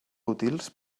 útils